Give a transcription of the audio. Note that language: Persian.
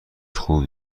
خوبی